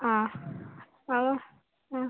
ആ ആ